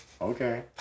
Okay